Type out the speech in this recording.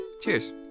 Cheers